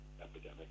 epidemic